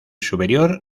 superior